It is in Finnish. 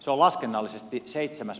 päivä huhtikuuta